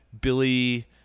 Billy